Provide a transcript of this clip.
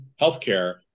healthcare